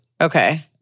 Okay